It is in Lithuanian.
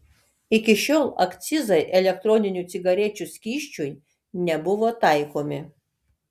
iki šiol akcizai elektroninių cigarečių skysčiui nebuvo taikomi